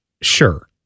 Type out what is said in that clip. Sure